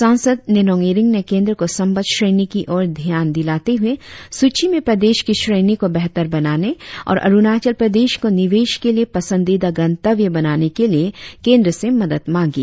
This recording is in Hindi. सांसद निनोंग ईरिंग ने केंद्र को संबद्ध श्रेणी की ओर ध्यान दिलाते हुए सूची में प्रदेश के श्रेणी को बेहतर बनाने और अरुणाचल प्रदेश को निवेश के लिए पसंदीदा गंतव्य बनाने के लिए केंद्र से मदद मांगी